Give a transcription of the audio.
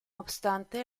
obstante